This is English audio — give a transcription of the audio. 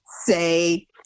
say